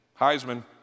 Heisman